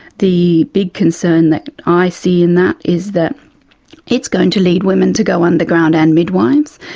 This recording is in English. the big concern that i see in that is that it's going to lead women to go underground, and midwives.